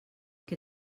què